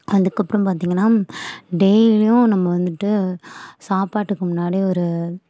அதுக்கப்புறம் பார்த்திங்கன்னா டெய்லியும் நம்ம வந்துவிட்டு சாப்பாட்டுக்கு முன்னாடி ஒரு